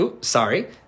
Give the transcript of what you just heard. sorry